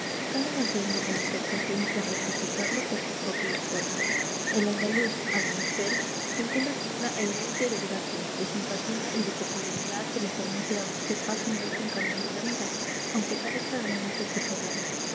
cada gallego en efecto tiene que rectificarlo con su propio esfuerzo el andaluz al nacer se encuentra con una herencia de gracia de simpatía y de popularidad que le permite abrirse fácilmente un camino en la vida aunque carezca de méritos personales